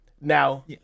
Now